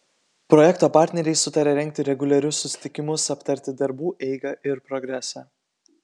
projekto partneriai sutarė rengti reguliarius susitikimus aptarti darbų eigą ir progresą